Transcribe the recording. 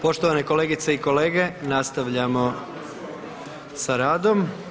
Poštovane kolegice i kolege, nastavljamo sa radom.